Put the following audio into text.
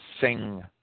sing